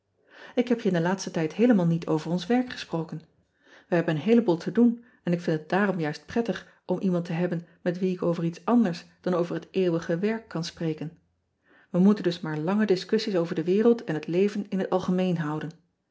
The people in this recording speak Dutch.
k heb je in den laatsten tijd heelemaal niet over ons werk gesproken e hebben een heeleboel te doen en ik vind het daarom juist prettig om iemand te hebben met wien ik over iets anders dan over het eeuwige werk kan spreken e moeten dus maar lange discussies over de wereld en het leven in het algemeen houden